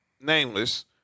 nameless